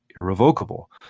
irrevocable